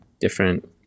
different